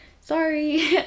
Sorry